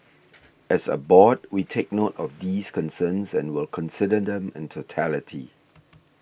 as a board we take note of these concerns and will consider them in totality